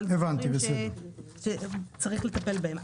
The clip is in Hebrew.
אבל אלה תיקונים שצריך לטפל בהם.